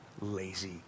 lazy